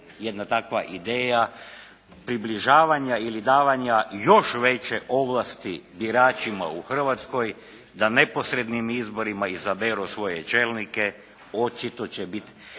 jedna takva ideja približavanja ili davanja još veće ovlasti biračima u Hrvatskoj da neposrednim izborima izaberu svoje čelnike očito će bit